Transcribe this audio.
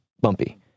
bumpy